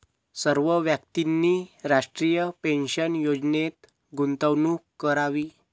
सर्व व्यक्तींनी राष्ट्रीय पेन्शन योजनेत गुंतवणूक करावी